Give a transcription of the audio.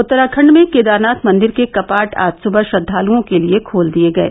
उत्तराखंड में केदारनाथ मन्दिर के कपाट आज सुबह श्रद्वालुओं के लिए खोल दिये गये